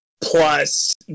Plus